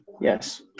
Yes